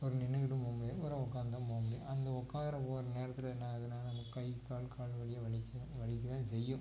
ஒரு நின்றுக்கிட்டும் போக முடியாது வேறு உட்காந்து தான் போக முடியும் அந்த உட்கார போகிற நேரத்தில் என்னாகுதுன்னால் நம்ம கை கால் கால் வலி வலிக்க வலிக்கத் தான் செய்யும்